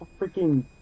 freaking